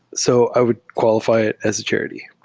so i would qualify it as a charity.